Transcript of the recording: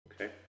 Okay